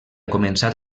començat